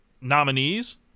Nominees